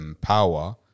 power